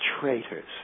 traitors